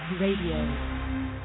Radio